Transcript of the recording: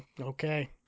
Okay